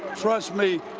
trust me,